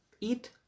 eat